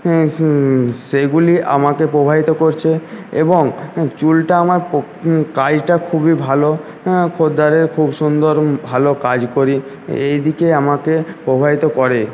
সেইগুলি আমাকে প্রভাবিত করছে এবং চুলটা আমার কাজটা খুবই ভালো খদ্দারের খুব সুন্দর ভালো কাজ করি এইদিকে আমাকে প্রভাবিত করে